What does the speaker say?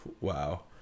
Wow